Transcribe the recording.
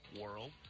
world